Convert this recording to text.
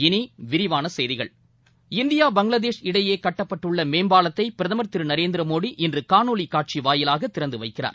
இனி விரிவான செய்திகள் இந்தியா பங்களாதேஷ் இடையே கட்டப்பட்டுள்ள மேம்பாலத்தை பிரதமர் திரு நரேந்திர மோடி இன்று காணொலி காட்சி வாயிலாக திறந்து வைக்கிறார்